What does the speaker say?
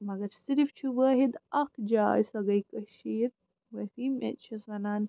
مگر صِرف چھِ وٲحِد اَکھ جاے سۄ گٔے کٔشیٖر چھِس وَنان